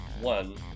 one